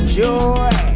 joy